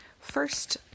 First